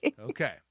Okay